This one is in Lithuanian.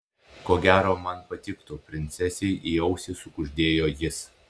ko gero man patiktų princesei į ausį sukuždėjo jis